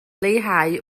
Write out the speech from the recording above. leihau